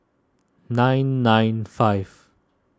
nine nine five